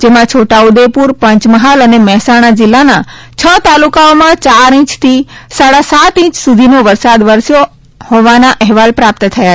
જેમાં છોટાઉદેપુર પંચમહાલ અને મહેસાણા જિલ્લાના છ તાલુકાઓમાં ચાર ઇંચ થી સાડા સાત ઇંચ સુધીનો વરસાદ વરસ્યો હોવાના અહેવાલ પ્રાપ્ત થયા છે